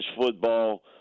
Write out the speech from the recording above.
football